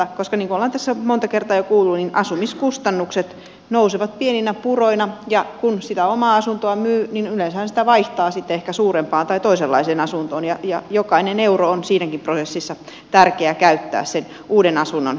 niin kuin on tässä monta kertaa jo kuultu asumiskustannukset nousevat pieninä puroina ja kun sitä omaa asuntoaan myy niin yleensähän sitä vaihtaa sitten ehkä suurempaan tai toisenlaiseen asuntoon ja jokainen euro on siinäkin prosessissa tärkeää käyttää sen uuden asunnon hankkimiseen